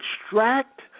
extract